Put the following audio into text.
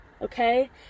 okay